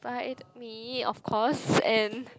but me of course and